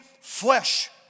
flesh